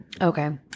Okay